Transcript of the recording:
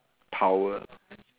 power